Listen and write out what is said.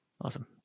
Awesome